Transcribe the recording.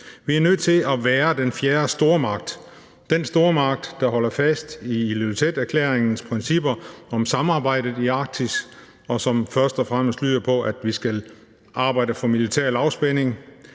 Vi er nødt til at være den fjerde stormagt – den stormagt, der holder fast i Ilulissaterklæringens principper om samarbejdet i Arktis, og som først og fremmest lyder på, at vi skal arbejde for militær afspænding.